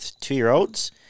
two-year-olds